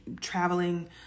traveling